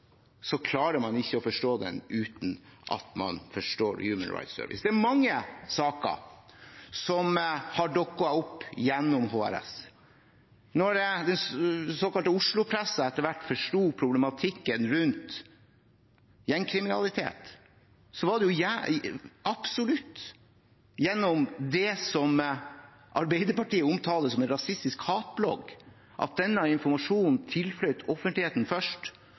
klarer man ikke å forstå den uten at man forstår Human Rights Service. Det er mange saker som har dukket opp gjennom HRS. Da den såkalte Oslo-pressen etter hvert forsto problematikken rundt gjengkriminalitet, var det absolutt gjennom det som Arbeiderpartiet omtaler som en rasistisk hatblogg, at denne informasjonen tilfløt offentligheten først,